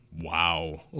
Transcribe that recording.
wow